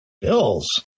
Bills